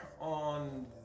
on